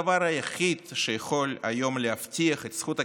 הדבר היחיד שיכול היום להבטיח את זכות הקניין,